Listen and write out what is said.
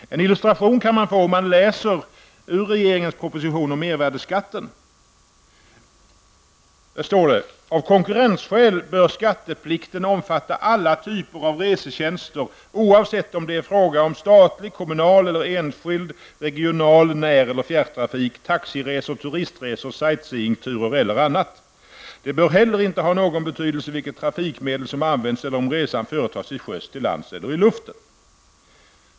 En illustration kan man få om man läser ur regeringens proposition om mervärdeskatten, där det står: ''Av konkurrensskäl bör skatteplikten omfatta alla typer av resetjänster, oavsett om det är fråga om statlig, kommunal eller enskild, regional-, när eller fjärrtrafik, taxiresor, turistresor, sightseeingturer eller annat. Det bör heller inte ha någon betydelse vilket trafikmedel som används eller om resan företas till sjöss, till lands eller i luften.''